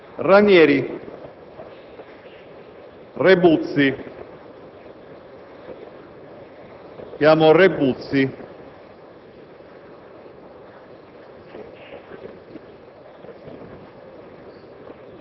Ramponi, Randazzo, Ranieri, Ripamonti,